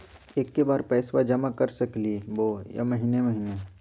एके बार पैस्बा जमा कर सकली बोया महीने महीने?